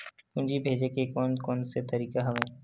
पूंजी भेजे के कोन कोन से तरीका हवय?